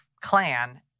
clan